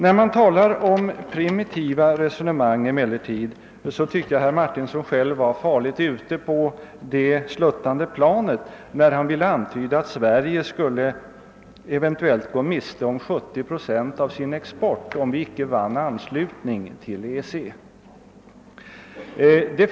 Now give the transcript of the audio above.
När man emellertid talar om primitiva resonemang, så tycker jag att herr Martinsson själv var farligt långt ute på det sluttande planet då han ville antyda att Sverige skulle gå miste om 70 procent av sin export, om vi icke vann anslutning till EEC.